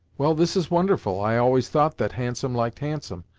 well, this is wonderful! i always thought that handsome liked handsome,